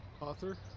author